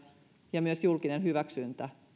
ja myös julkinen hyväksyntä